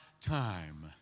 time